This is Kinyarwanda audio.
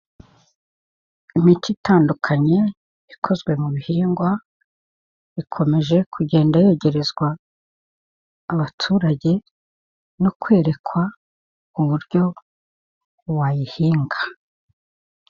Imiti itandukanye ikozwe mu bihingwa ikomeje kugenda yogerezwa abaturage no kwerekwa uburyo wayihinga.